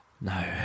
No